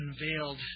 unveiled